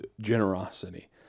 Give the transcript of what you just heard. generosity